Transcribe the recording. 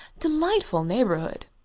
delightful neighbourhood.